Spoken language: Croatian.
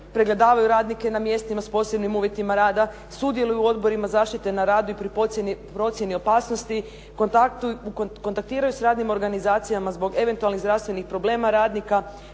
pregledavaju radnike na mjestima s posebnim uvjetima rada, sudjeluju u odborima zaštite na radu i pri procjeni opasnosti, kontaktiraju sa radnim organizacijama zbog eventualnih zdravstvenih problema radnika,